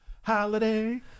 holiday